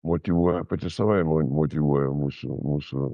motyvuoja pati savaime motyvuoja mūsų mūsų